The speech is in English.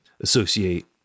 associate